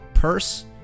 purse